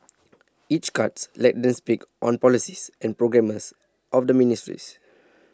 each cut lets them speak on the policies and programmes of the ministries